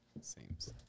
seems